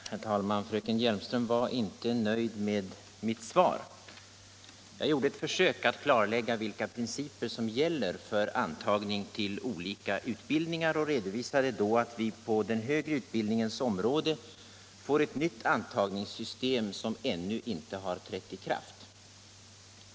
Herr talman! Fröken Hjelmström var inte nöjd med mitt svar. Jag gjorde ett försök att klarlägga vilka principer som gäller för antagning till olika utbildningar och redovisade då att vi på den högre utbildningens område kommer att få ett nytt intagningssystem, som ännu inte har trätt i kraft.